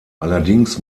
allerdings